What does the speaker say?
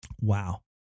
Wow